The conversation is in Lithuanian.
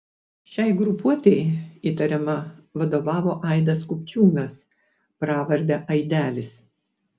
šiai grupuotei įtariama vadovavo aidas kupčiūnas pravarde aidelis